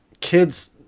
kids –